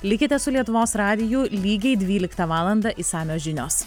likite su lietuvos radiju lygiai dvyliktą valandą išsamios žinios